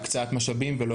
משאבים.